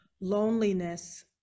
loneliness